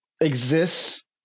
exists